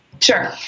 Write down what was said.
Sure